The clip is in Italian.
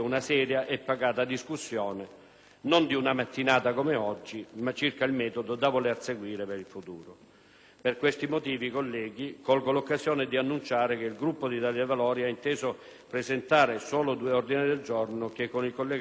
Per questi motivi, colleghi, colgo l'occasione per annunciare che il Gruppo Italia dei Valori ha inteso presentare solo due ordini del giorno che con il collega senatore Pedica più innanzi vorrei illustrare e su cui spero possa giungere il parere favorevole del Governo, con i quali,